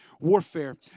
warfare